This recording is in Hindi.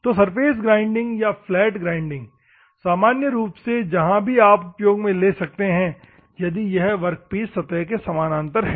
तो सरफेस ग्राइंडिंग या फ्लैट ग्राइंडिंग सामान्य रूप से जहां भी आप उपयोग में ले सकते हैं यदि यह वर्कपीस सतह के समानांतर है